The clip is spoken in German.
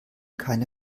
keine